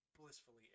blissfully